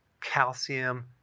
calcium